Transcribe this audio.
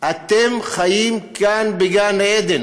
אתם חיים כאן בגן-עדן.